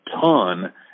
ton